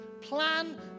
Plan